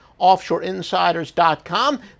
Offshoreinsiders.com